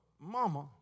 mama